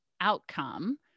outcome